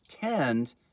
tend